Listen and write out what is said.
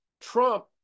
Trump